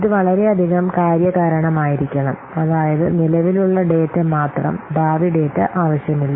ഇത് വളരെയധികം കാര്യകാരണമായിരിക്കണം അതായത് നിലവിലുള്ള ഡാറ്റ മാത്രം ഭാവി ഡാറ്റ ആവശ്യമില്ല